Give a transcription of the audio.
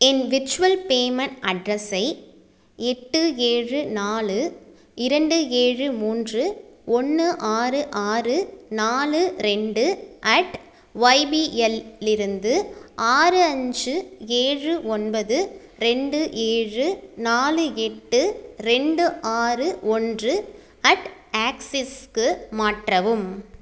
என் virtual payment அட்ரஸை எட்டு ஏழு நாலு இரண்டு ஏழு மூன்று ஒன்னு ஆறு ஆறு நாலு ரெண்டு அட் ஒய்பிஎல்லிருந்து ஆறு அஞ்சு ஏழு ஒன்பது ரெண்டு ஏழு நாலு எட்டு ரெண்டு ஆறு ஒன்று அட் ஆக்சிஸ்க்கு மாற்றவும்